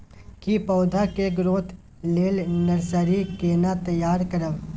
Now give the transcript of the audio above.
की पौधा के ग्रोथ लेल नर्सरी केना तैयार करब?